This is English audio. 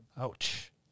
ouch